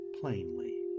plainly